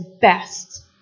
best